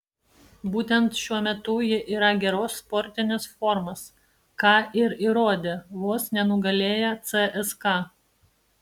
būtent šiuo metu jie yra geros sportinės formos ką ir įrodė vos nenugalėję cska